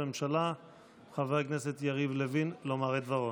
הממשלה חבר הכנסת יריב לוין לומר את דברו.